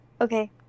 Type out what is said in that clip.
Okay